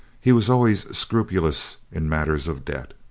he was always scrupulous in matters of debt.